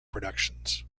productions